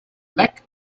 black